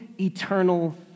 eternal